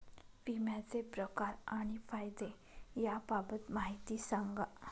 विम्याचे प्रकार आणि फायदे याबाबत माहिती सांगा